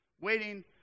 waiting